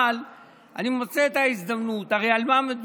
אבל אני מוצא את ההזדמנות, הרי על מה מדובר?